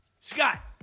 Scott